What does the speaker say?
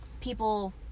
people